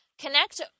Connect